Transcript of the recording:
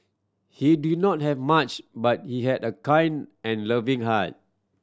he did not have much but he had a kind and loving heart